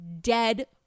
dead